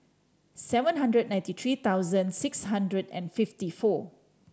seven hundred ninety three thousand six hundred and fifty four